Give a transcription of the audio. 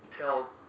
tell